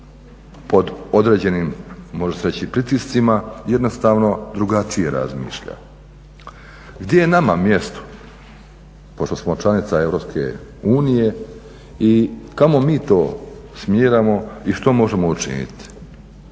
pod određenim može se reći pritiscima jednostavno drugačije razmišlja. Gdje je nama mjesto, pošto smo članica EU i kamo mi to smjeramo i što možemo učiniti?